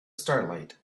starlight